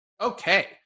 Okay